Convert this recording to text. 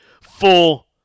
full